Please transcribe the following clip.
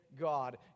God